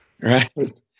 right